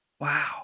Wow